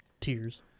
Tears